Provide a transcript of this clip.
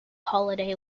holiday